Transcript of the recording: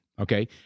Okay